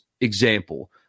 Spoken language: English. example